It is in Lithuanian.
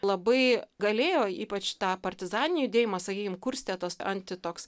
labai galėjo ypač tą partizaninį judėjimą sakykim kurstė tos anti toks